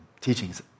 teachings